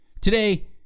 Today